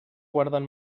guarden